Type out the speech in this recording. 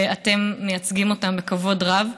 ואתם מייצגים אותם בכבוד רב.